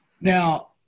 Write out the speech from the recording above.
Now